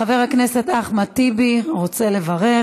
חבר הכנסת אחמד טיבי רוצה לברך.